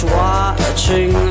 watching